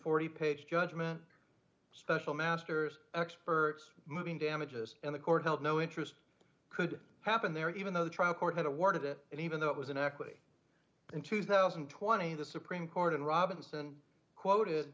forty page judgment special masters experts moving damages in the court held no interest could happen there even though the trial court had awarded it and even though it was an equity in two thousand and twenty the supreme court in robinson quoted